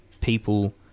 people